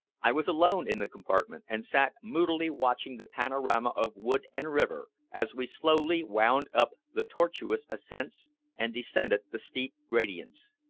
i was alone in the compartment, and sat moodily watching the panorama of wood and river as we slowly wound up the tortuous ascents and descended the steep gradients.